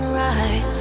right